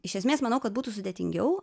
iš esmės manau kad būtų sudėtingiau